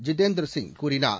ஜிதேந்திரசிங் கூறினார்